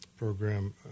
program